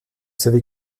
savez